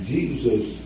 Jesus